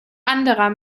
anderer